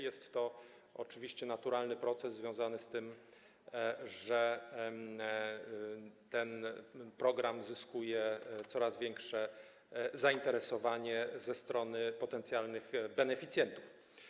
Jest to oczywiście naturalny proces związany z tym, że program cieszy się coraz większym zainteresowaniem ze strony potencjalnych beneficjentów.